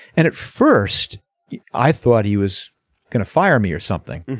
and at first i thought he was gonna fire me or something.